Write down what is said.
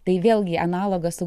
tai vėlgi analogas su